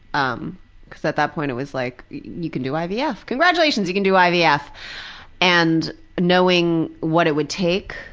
um because at that point it was like, you can do ivf. yeah congratulations! you can do ivf. yeah and knowing what it would take,